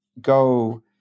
go